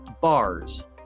bars